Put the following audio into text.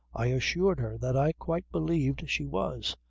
i assured her that i quite believed she was.